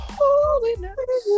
holiness